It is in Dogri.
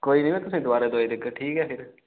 कोई नीं में तुसेंगी दबारा दुआई देगा ठीक ऐ फिर